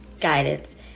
guidance